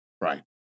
Right